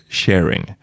sharing